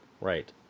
Right